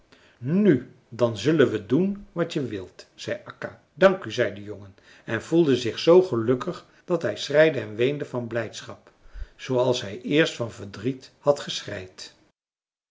nu dan zullen we doen wat je wilt zei akka dank u zei de jongen en voelde zich z gelukkig dat hij schreide en weende van blijdschap zooals hij eerst van verdriet had